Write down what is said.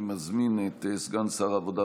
אני מזמין את סגן שר העבודה,